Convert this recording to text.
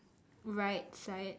right side